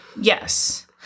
Yes